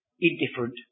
indifferent